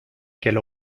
qu’elle